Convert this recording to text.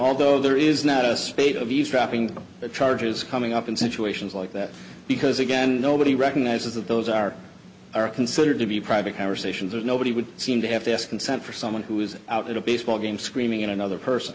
although there is not a spate of eavesdropping that charges coming up in situations like that because again nobody recognizes that those are considered to be private conversations and nobody would seem to have to ask consent for someone who is out at a baseball game screaming in another person